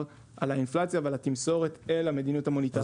על האינפלציה ועל התמסורת אל המדיניות המוניטרית.